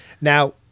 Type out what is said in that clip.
Now